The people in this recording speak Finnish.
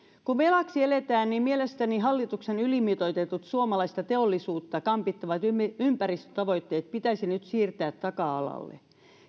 kun velaksi eletään niin mielestäni hallituksen ylimitoitetut suomalaista teollisuutta kampittavat ympäristötavoitteet pitäisi nyt siirtää taka alalle